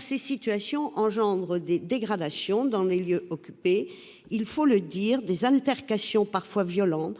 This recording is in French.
Ces situations engendrent des dégradations dans les lieux occupés, des altercations parfois violentes,